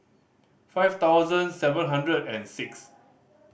five thousand seven hundred and six